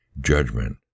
judgment